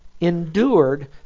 endured